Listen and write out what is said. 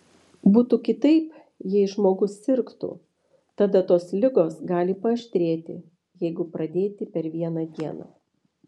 būtų kitaip jei žmogus sirgtų tada tos ligos gali paaštrėti jeigu pradėti per vieną dieną